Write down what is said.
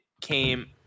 came